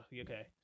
okay